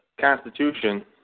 Constitution